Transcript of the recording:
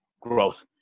growth